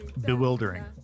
bewildering